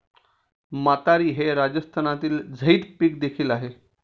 मातीरी हे राजस्थानमधील झैद पीक देखील आहे